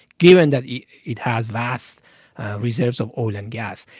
given that it has vast reserves of oil and gas,